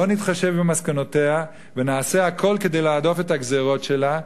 לא נתחשב במסקנותיה ונעשה הכול כדי להדוף את הגזירות שלה,